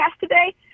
today